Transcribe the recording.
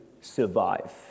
survive